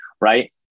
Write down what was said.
right